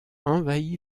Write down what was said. envahi